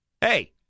hey